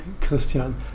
Christian